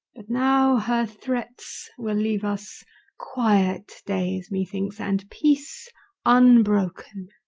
now her threats will leave us quiet days, methinks, and peace unbroken